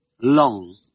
long